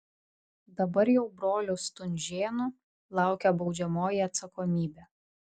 dabar jau brolių stunžėnų laukia baudžiamoji atsakomybė